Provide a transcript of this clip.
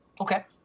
Okay